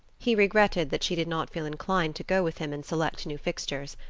he regretted that she did not feel inclined to go with him and select new fixtures.